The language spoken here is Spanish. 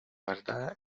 verdad